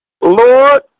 Lord